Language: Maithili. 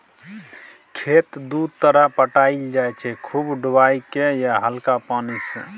खेत दु तरहे पटाएल जाइ छै खुब डुबाए केँ या हल्का पानि सँ